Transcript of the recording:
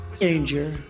danger